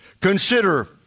Consider